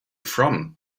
from